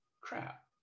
crap